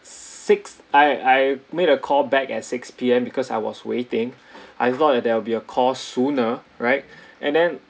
six I I made a call back at six P_M because I was waiting I thought there will be a call sooner right and then